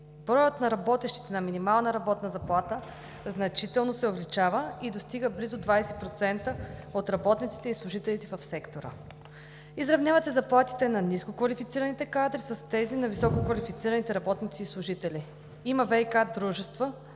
Броят на работещите на минимална работна заплата значително се увеличава и достига близо 20% от работниците и служителите в сектора. Изравняват се заплатите на ниско квалифицираните кадри с тези на високо квалифицираните работници и служители. Има ВиК дружества,